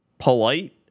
polite